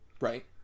Right